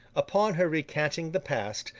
upon her recanting the past,